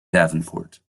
davenport